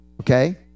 okay